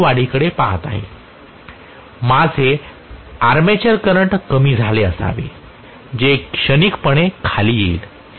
माझे armature current कमी झाले असावे जे क्षणिकपणे खाली येईल